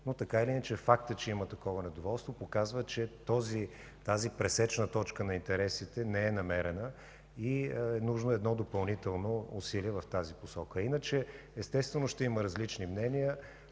Така или иначе е факт, че има такова недоволство. Това показва, че пресечната точка на интересите не е намерена. Нужно е допълнително усилие в тази посока. Иначе, естествено, ще има различни мнения.